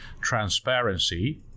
transparency